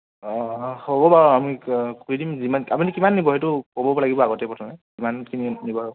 অ হ'ব বাৰু আমি কৰি দিম যিমান আপুনি কিমান নিব সেইটো ক'ব লাগিব আগতেই প্ৰথমে কিমানখিনি নিব